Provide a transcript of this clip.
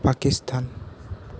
Pakistan